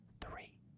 three